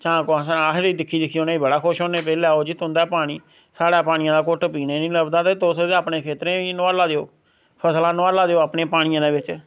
चां कोहा अहें बी दिक्खी दिक्खी उनें ब़ड़ा खुश हुन्ने भाई लैओ जी तुंदा पानी स्हाड़ै पानिया दा घुट्ट पीने गी नी लभदा ते तुस ते अपने खेत्तरा गी नुहाला दे ओ फसलां नुहाला देओ अपने पानिया दे बिच